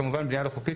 כמובן בנייה לא חוקית,